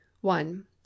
One